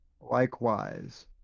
Likewise